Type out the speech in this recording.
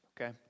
okay